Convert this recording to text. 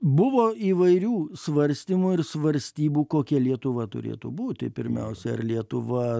buvo įvairių svarstymų ir svarstybų kokia lietuva turėtų būti pirmiausia ar lietuva